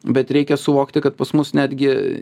bet reikia suvokti kad pas mus netgi